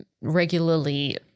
regularly